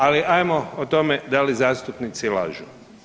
Ali, ajmo o tome da li zastupnici lažu.